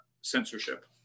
censorship